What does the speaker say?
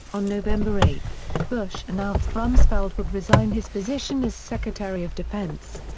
on november eight, bush announced rumsfeld would resign his position as secretary of defense.